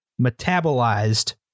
metabolized